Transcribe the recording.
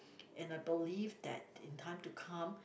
and I believe that in time to come